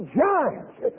giants